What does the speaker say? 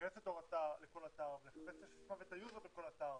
להיכנס לכל אתר ולחפש את הסיסמה ואת היוזר בכל אתר